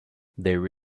there